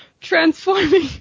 transforming